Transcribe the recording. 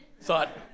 Thought